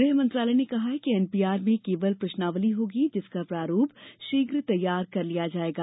गृहमंत्रालय ने कहा है कि एनपीआर में केवल प्रश्नावली होगी जिसका प्रारूप शीघ तैयार कर लिया जाएगा